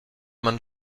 man